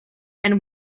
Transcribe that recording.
and